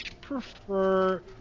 prefer